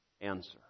answer